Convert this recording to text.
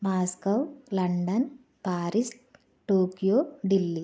Moscow London Paris Tokyo Delhi